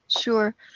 sure